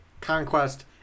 Conquest